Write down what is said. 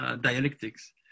dialectics